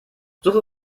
suche